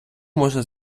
можна